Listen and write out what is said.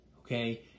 okay